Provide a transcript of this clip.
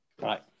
Right